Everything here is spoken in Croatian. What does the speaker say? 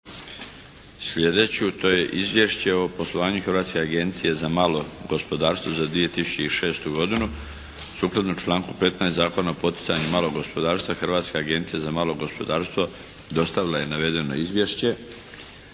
sljedeću. To je: - Izvješće o poslovanju Hrvatske agencije za malo gospodarstvo za 2006. – predlagatelj Hamag Sukladno članku 15. Zakona o poticanju malog gospodarstva Hrvatska agencija za malo gospodarstvo dostavila je navedeno izvješće.